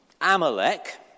Amalek